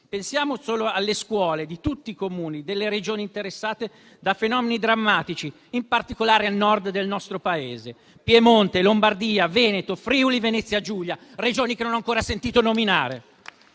Pensiamo solo alle scuole di tutti i Comuni delle Regioni interessate da fenomeni drammatici, in particolare al Nord del nostro Paese: Piemonte, Lombardia, Veneto, Friuli-Venezia Giulia, Regioni che non ho ancora sentito nominare.